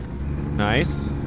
Nice